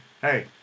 hey